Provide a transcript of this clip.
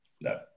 No